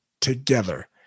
together